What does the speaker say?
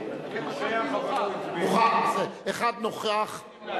נוכח אבל לא